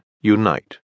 Unite